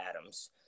Adams